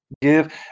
give